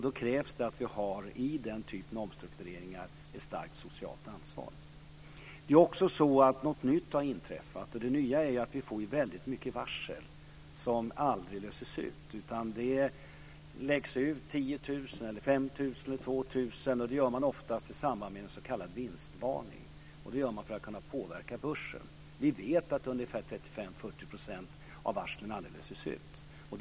Då krävs det att vi i denna typ av omstruktureringar har ett starkt socialt ansvar. Något nytt har inträffat, nämligen många varsel som aldrig löses ut. Det läggs ut 10 000, 5 000 eller 2 000 varsel, oftast i samband med en s.k. vinstvarning. Det gör man för att kunna påverka börsen. Vi vet att ungefär 35-40 % av varslen aldrig löses ut.